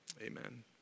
Amen